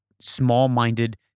small-minded